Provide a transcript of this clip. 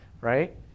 right